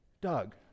Doug